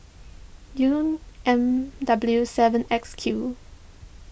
U M W seven X Q